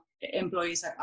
employees